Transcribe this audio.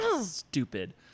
stupid